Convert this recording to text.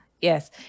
yes